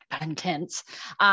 Intense